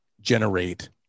generate